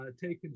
taken